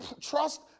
trust